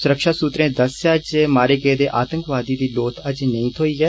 सुरक्षाबलें दस्सेआ जे मारे गेदे आतंकवादी दी लोथ अजें नेईं थ्होई ऐ